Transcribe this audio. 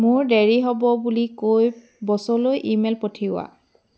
মোৰ দেৰি হ'ব বুলি কৈ বছলৈ ইমেইল পঠিওৱা